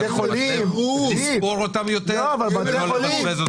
לספור אותן יותר ולא לבזבז.